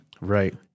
Right